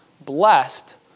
blessed